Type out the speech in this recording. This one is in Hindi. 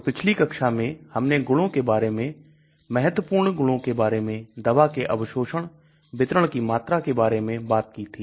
तो पिछली कक्षा में हमने गुणों के बारे में महत्वपूर्ण गुणों के बारे में दवा के अवशोषण वितरण की मात्रा के बारे में बात की थी